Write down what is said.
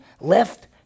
left